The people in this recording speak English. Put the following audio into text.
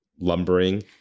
lumbering